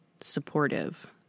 supportive